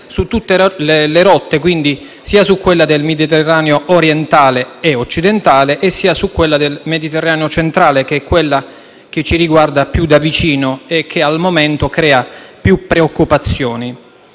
su tutte le rotte, quindi sia su quella del Mediterraneo orientale e occidentale, sia su quella del Mediterraneo centrale, che è quella che ci riguarda più da vicino e che al momento crea maggiori preoccupazioni.